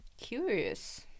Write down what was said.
Curious